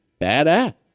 badass